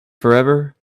forever